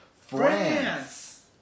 France